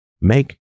make